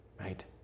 right